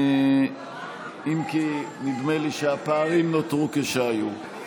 אם כי נדמה לי שהפערים נותרו כשהיו.